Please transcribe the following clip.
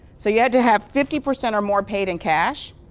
so you had to have fifty percent or more paid in cash,